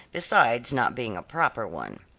besides not being a proper one.